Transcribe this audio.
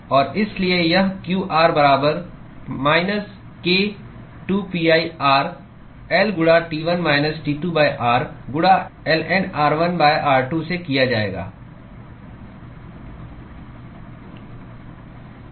और इसलिए यह q r बराबर minus k 2pi r L गुणा T1 माइनस T2 r गुणा ln r1 r2 से किया जाएगा